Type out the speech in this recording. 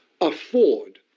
afford